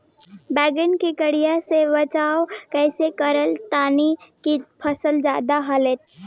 बैंगन के कीड़ा से बचाव कैसे करे ता की फल जल्दी लगे?